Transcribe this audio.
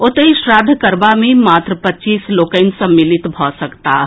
ओतहि श्राद्ध करबा मे मात्र पच्चीस लोकनि सम्मिलित भऽ सकताह